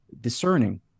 discerning